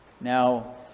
Now